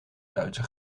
duitse